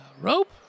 Rope